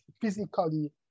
physically